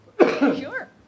Sure